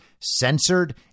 censored